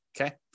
okay